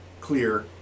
clear